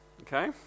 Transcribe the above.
Okay